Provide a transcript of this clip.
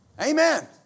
Amen